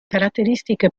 caratteristiche